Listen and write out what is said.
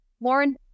Lauren